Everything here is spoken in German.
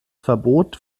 verbot